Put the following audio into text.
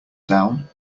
down